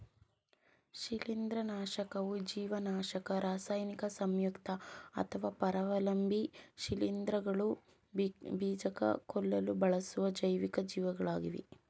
ಶಿಲೀಂಧ್ರನಾಶಕವು ಜೀವನಾಶಕ ರಾಸಾಯನಿಕ ಸಂಯುಕ್ತ ಅಥವಾ ಪರಾವಲಂಬಿ ಶಿಲೀಂಧ್ರಗಳ ಬೀಜಕ ಕೊಲ್ಲಲು ಬಳಸುವ ಜೈವಿಕ ಜೀವಿಗಳಾಗಿವೆ